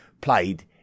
played